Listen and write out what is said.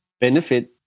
benefit